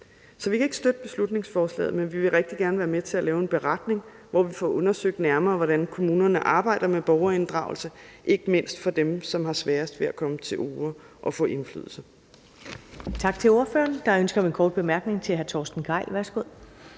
Så vi kan ikke støtte beslutningsforslaget, men vi vil rigtig gerne være med til at lave en beretning, hvor vi får undersøgt nærmere, hvordan kommunerne arbejder med borgerinddragelse – ikke mindst i forbindelse med dem, som har sværest ved at komme til orde og få indflydelse.